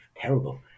terrible